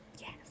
Yes